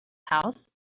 house